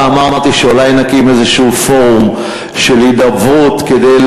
האהבה שלנו לחרדים אנחנו רוצים שיהיה עתיד טוב יותר לחברה